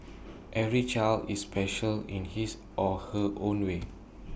every child is special in his or her own way